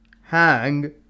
hang